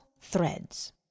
Threads